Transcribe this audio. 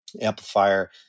Amplifier